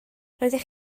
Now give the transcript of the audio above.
roeddech